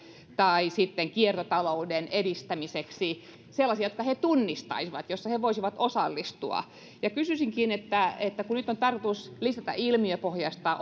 sitten kiertotalouden edistämiseksi jotka he tunnistaisivat joihin he voisivat osallistua kysyisinkin nyt kun on tarkoitus lisätä ilmiöpohjaista